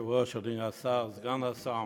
אדוני היושב-ראש, אדוני השר, סגן השר,